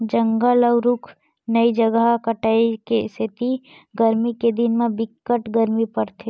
जंगल अउ रूख राई के जादा कटाई के सेती गरमी के दिन म बिकट के गरमी परथे